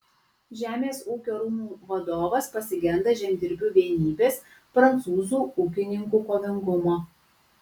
žemės ūkio rūmų vadovas pasigenda žemdirbių vienybės prancūzų ūkininkų kovingumo